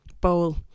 bowl